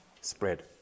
spread